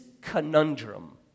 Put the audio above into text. conundrum